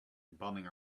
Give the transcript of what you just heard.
bumming